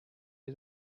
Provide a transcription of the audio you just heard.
you